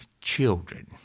children